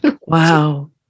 Wow